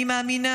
אני מאמינה